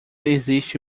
existe